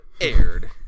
aired